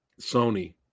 Sony